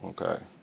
okay